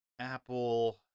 Apple